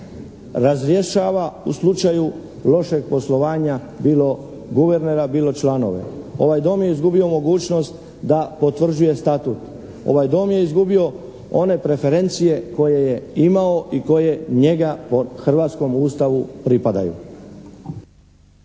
razrješava u slučaju lošeg poslovanja bilo guvernera bilo članove. Ovaj Dom je izgubio mogućnost da potvrđuje statut, ovaj Dom je izgubio one preferencije koje je imao i koje njega po hrvatskom Ustavu pripadaju.